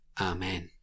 Amen